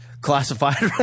Classified